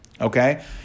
Okay